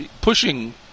pushing